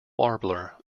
warbler